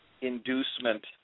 inducement